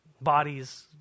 bodies